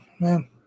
Man